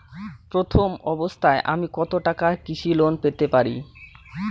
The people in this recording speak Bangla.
প্রথম অবস্থায় আমি কত টাকা কৃষি লোন পেতে পারি?